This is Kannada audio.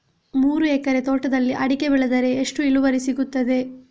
ಮೂರು ಎಕರೆ ತೋಟದಲ್ಲಿ ಅಡಿಕೆ ಬೆಳೆದರೆ ಎಷ್ಟು ಇಳುವರಿ ಸಿಗುತ್ತದೆ?